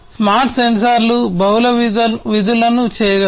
smart సెన్సార్లు బహుళ విధులను చేయగలవు